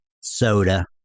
soda